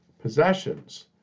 possessions